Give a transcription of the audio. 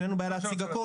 אין לנו בעיה להציג הכול,